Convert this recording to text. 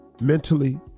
mentally